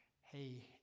hey